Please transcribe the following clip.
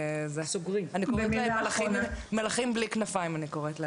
אני קוראת להם מלאכים בלי כנפיים.